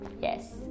yes